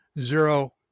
Zero